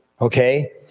Okay